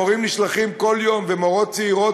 מורים נשלחים כל יום ומורות צעירות,